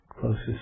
closest